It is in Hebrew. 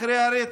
אחרי הרצח.